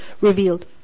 revealed